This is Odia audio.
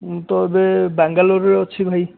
ମୁଁ ତ ଏବେ ବାଙ୍ଗାଲୋର୍ରେ ଅଛି ଭାଇ